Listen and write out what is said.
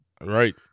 Right